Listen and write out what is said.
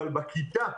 אבל בכיתה,